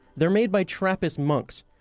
they're made by trappist monks.